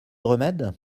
remède